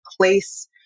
place